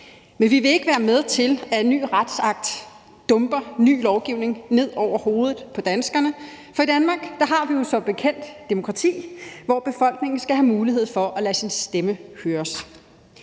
men vi vil ikke være med til, at en ny retsakt dumper ny lovgivning ned over hovedet på danskerne. For i Danmark har vi jo som bekendt demokrati, hvor befolkningen skal have mulighed for at lade sin stemme høre,